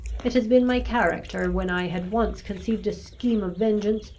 it has been my character, when i had once conceived a scheme of vengeance,